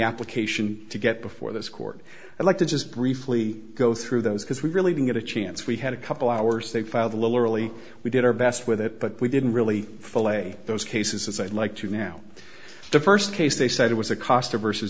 application to get before this court i'd like to just briefly go through those because we really didn't get a chance we had a couple hours they filed a little early we did our best with it but we didn't really fillet those cases as i'd like to now the first case they said it was a cost of versus